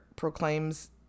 proclaims